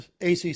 ACC